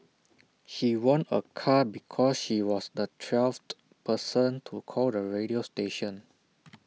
she won A car because she was the twelfth person to call the radio station